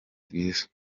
bwiza